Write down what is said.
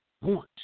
want